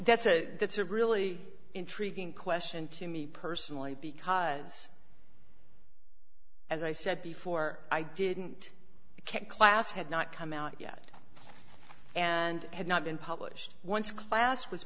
that's a that's a really intriguing question to me personally because as i said before i didn't care class had not come out yet and had not been published once a class was